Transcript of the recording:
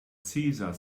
cesar